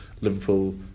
Liverpool